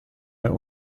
der